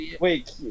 wait